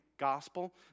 gospel